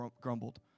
grumbled